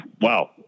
wow